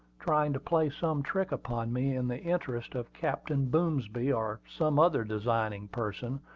trying to play some trick upon me, in the interest of captain boomsby, or some other designing person,